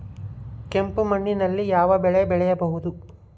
ಕೆಂಪು ಮಣ್ಣಿನಲ್ಲಿ ಯಾವ ಬೆಳೆ ಬೆಳೆಯಬಹುದು?